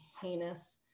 heinous